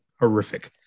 horrific